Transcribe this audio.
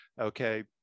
Okay